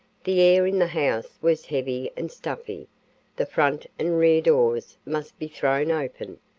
the air in the house was heavy and stuffy the front and rear doors must be thrown open.